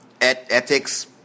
ethics